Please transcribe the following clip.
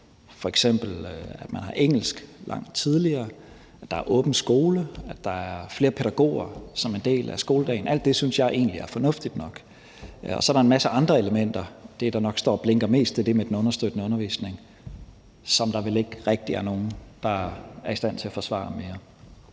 f.eks. at man har engelsk langt tidligere, at der er åben skole, og at der er flere pædagoger som en del af skoledagen. Alt det synes jeg egentlig er fornuftigt nok. Så er der en masse andre elementer. Det, der nok står og blinker mest, er det med den understøttende undervisning, som der vel ikke rigtig er nogen der er i stand til at forsvare mere.